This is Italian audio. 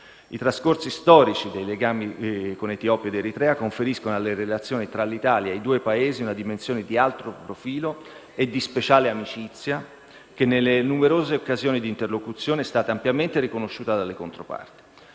I trascorsi storici dei legami con Etiopia ed Eritrea conferiscono alle relazioni tra l'Italia e i due Paesi una dimensione di alto profilo e di speciale amicizia che, nelle numerose occasioni di interlocuzione, è stata ampiamente riconosciuta dalle controparti.